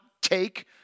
take